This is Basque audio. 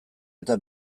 eta